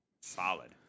Solid